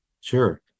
Sure